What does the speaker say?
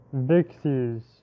Vixie's